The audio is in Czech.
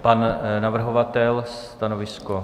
Pan navrhovatel stanovisko.